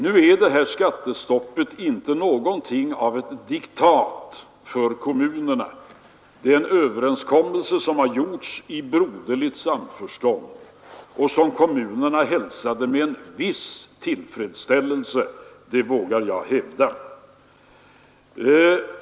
Nu är detta skattestopp ingenting av ett diktat för kommunerna. Det är en överenskommelse som har träffats i broderligt samförstånd och som kommunerna hälsat med en viss tillfredsställelse — det vågar jag hävda.